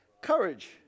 Courage